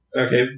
Okay